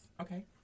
Okay